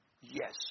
Yes